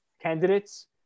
candidates